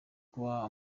kuba